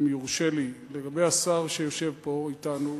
אם יורשה לי, לגבי השר שיושב פה אתנו.